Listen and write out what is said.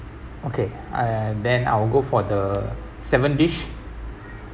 okay and then I'll go for the seven dish